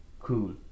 cool